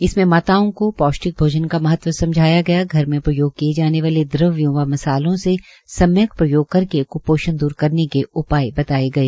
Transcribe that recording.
इसमें माताओं को पौष्टिक भोजन का महत्व समझाया गया घर में प्रयोग की जाने वाले अन्य द्रव्यों व मसालों से सम्यक प्रयोग करके कुपोषण दूर करने के उपाय बताए गए